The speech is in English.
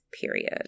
period